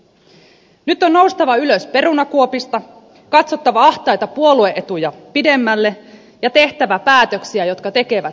nyt on noustava ylös perunakuopista katsottava ahtaita puolue etuja pidemmälle ja tehtävä päätöksiä jotka tekevät suomesta vahvemman